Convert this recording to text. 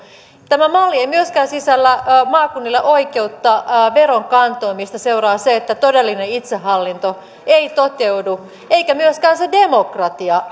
tämä malli ei myöskään sisällä maakunnille oikeutta veronkantoon mistä seuraa se että todellinen itsehallinto ei toteudu eikä myöskään se demokratia